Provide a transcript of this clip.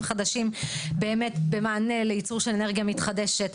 חדשים במענה לייצור של אנרגיה מתחדשת.